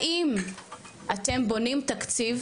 האם אתם בונים תקציב,